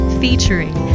featuring